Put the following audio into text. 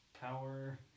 Power